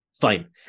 fine